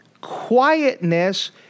quietness